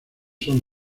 son